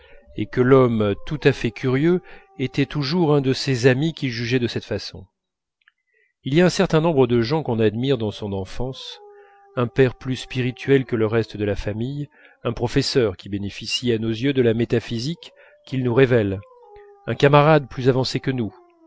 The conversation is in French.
et que l'homme tout à fait curieux était toujours un de ses amis qu'il jugeait de cette façon il y a un certain nombre de gens qu'on admire dans son enfance un père plus spirituel que le reste de la famille un professeur qui bénéficie à nos yeux de la métaphysique qu'il nous révèle un camarade plus avancé que nous